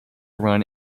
run